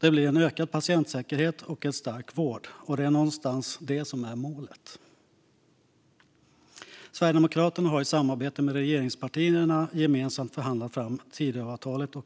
blir en ökad patientsäkerhet och en stark vård. Och det är någonstans det som är målet. Sverigedemokraterna har i samarbete med regeringspartierna gemensamt förhandlat fram Tidöavtalet.